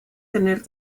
tener